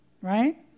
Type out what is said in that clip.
Right